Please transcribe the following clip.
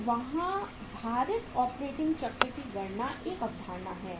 तो वहाँ भारित ऑपरेटिंग चक्र की गणना एक अवधारणा है